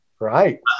Right